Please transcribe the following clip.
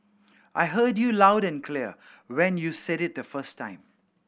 I heard you loud and clear when you said it the first time